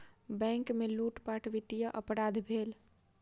bank में लूटपाट वित्तीय अपराध भेल